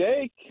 Jake